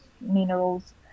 minerals